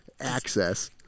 access